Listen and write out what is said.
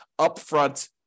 upfront